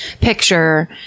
picture